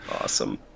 Awesome